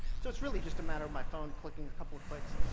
so it's really just a matter of my phone clicking a couple of clicks,